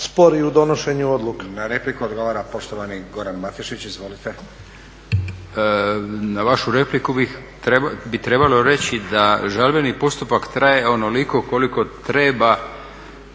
Na vašu repliku bi trebalo reći da žalbeni postupak traje onoliko koliko treba